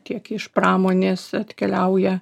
tiek iš pramonės atkeliauja